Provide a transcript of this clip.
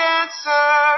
answer